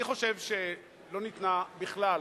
אני חושב שלא ניתנה בכלל